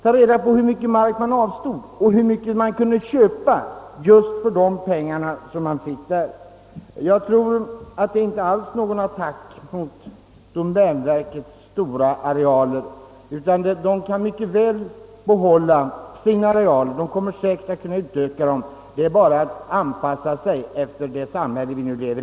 Tag reda på hur mycket mark man avstod och hur mycket man kunde köpa just för de pengar som man fick in där! Det är inte alls här fråga om någon attack mot domänverkets stora skogsarealer. Jag tror att domänverket mycket väl kan behålla dem och även utöka dem. Det gäller bara att åstadkomma en anpassning till det samhälle där vi nu lever.